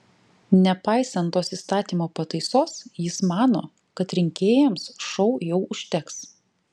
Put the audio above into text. nepaisant tos įstatymo pataisos jis mano kad rinkėjams šou jau užteks